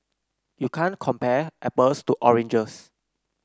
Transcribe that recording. you can't compare apples to oranges